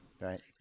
right